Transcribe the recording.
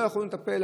לא יכולנו לטפל.